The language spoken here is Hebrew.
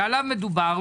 שעליו מדובר,